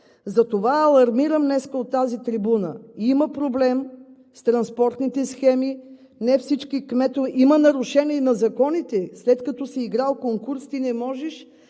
Затова днес алармирам от тази трибуна – има проблем с транспортните схеми, не всички кметове… Има нарушение на законите – след като си играл конкурс, ти не можеш